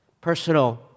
personal